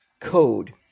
code